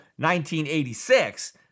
1986